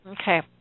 okay